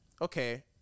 Okay